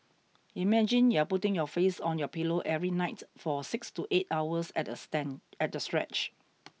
imagine you're putting your face on your pillow every night for six to eight hours at a at a stretch